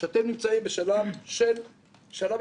שאתם נמצאים בשלב של ההתנגדויות.